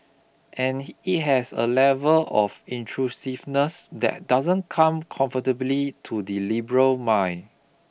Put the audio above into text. and it has a level of intrusiveness that doesn't come comfortably to the liberal mind